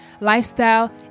lifestyle